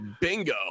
bingo